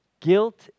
Guilt